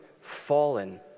fallen